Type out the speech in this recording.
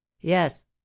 yes